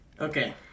Okay